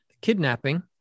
kidnapping